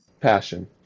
Passion